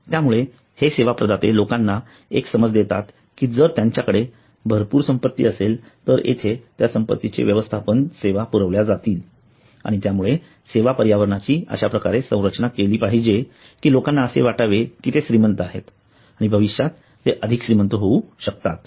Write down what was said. त्यामुळे हे सेवा प्रदाते लोकांना एक समज देतात की जर त्यांच्याकडे भरपूर संपत्ती असेल तर येथे त्या संपत्ती व्यवस्थापन सेवा पुरवल्या जातात आणि त्यामुळे सेवा पर्यावरणाची अशा प्रकारे संरचना केली पाहिजे की लोकांना असे वाटावे की ते श्रीमंत आहेत आणि भविष्यात ते अधिक श्रीमंत होऊ शकतात